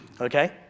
Okay